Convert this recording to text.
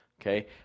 okay